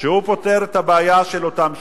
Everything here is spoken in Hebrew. שהוא פותר את הבעיה של אותם שליחים.